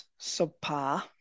subpar